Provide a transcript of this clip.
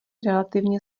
relativně